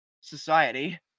society